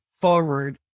forward